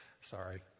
Sorry